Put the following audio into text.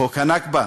חוק הנכבה,